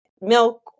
milk